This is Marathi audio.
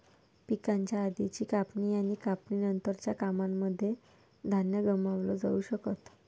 पिकाच्या आधीची कापणी आणि कापणी नंतरच्या कामांनमध्ये धान्य गमावलं जाऊ शकत